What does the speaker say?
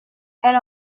elle